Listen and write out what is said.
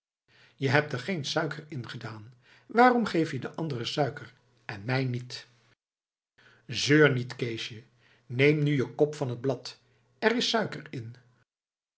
je hebt er geen suiker ingedaan waarom geef je de anderen suiker en mij niet zeur niet keesje neem nu je kop van het blad er is suiker in